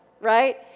right